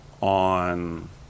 on